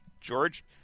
George